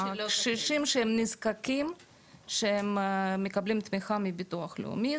הקשישים שהם נזקקים שהם מקבלים תמיכה מביטוח לאומי,